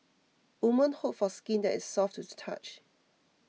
women hope for skin that is soft to the touch